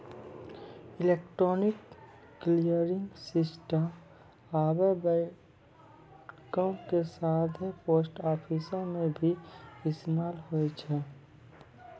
electronic clearing system आबे बैंको के साथे पोस्ट आफिसो मे भी इस्तेमाल होय छै